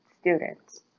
students